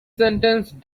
sentence